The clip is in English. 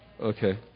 Okay